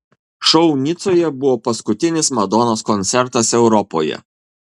šou nicoje buvo paskutinis madonos koncertas europoje